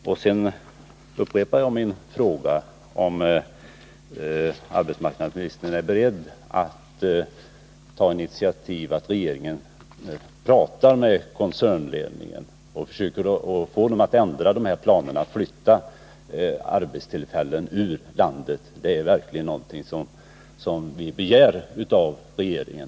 Till slut upprepar jag min fråga, om arbetsmarknadsministern är beredd att ta initiativ till att regeringen talar med koncernledningen och försöker få den att ändra planerna att flytta arbetstillfällen ur landet. Det är verkligen någonting som vi begär av regeringen.